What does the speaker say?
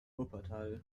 wuppertaler